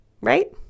right